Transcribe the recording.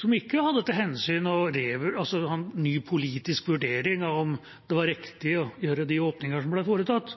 som ikke hadde til hensikt å ha en ny politisk vurdering av om det var riktig å gjøre de åpninger som ble foretatt,